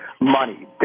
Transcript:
money